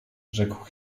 rzekł